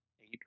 eight